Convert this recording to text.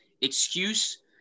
excuse